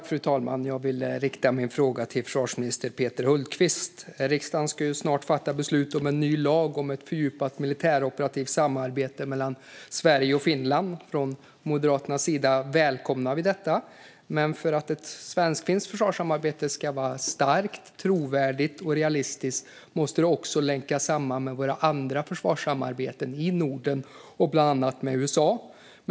Fru talman! Jag vill rikta min fråga till försvarsminister Peter Hultqvist. Riksdagen ska snart fatta beslut om en ny lag om ett fördjupat militäroperativt samarbete mellan Sverige och Finland. Från Moderaternas sida välkomnar vi detta. Men för att ett svensk-finskt försvarssamarbete ska vara starkt, trovärdigt och realistiskt måste det länkas samman med våra andra försvarssamarbeten - inom Norden och med bland annat USA.